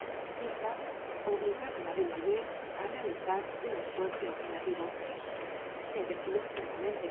estas cifras obligaban á desnoyers á realizar un esfuerzo imaginativo se decían prontamente